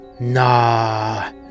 nah